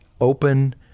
open